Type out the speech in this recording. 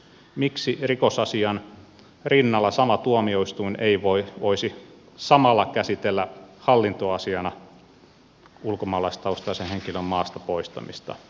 miksi rikosasian rinnalla sama tuomioistuin ei voisi samalla käsitellä hallintoasiana ulkomaalaistaustaisen henkilön maasta poistamista